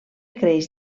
creix